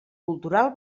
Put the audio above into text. cultural